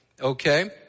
Okay